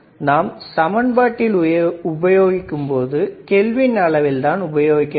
நாம் சமன்பாட்டில் உபயோகிக்கும் பொழுது கெல்வின் அளவில்தான் உபயோகிக்க வேண்டும்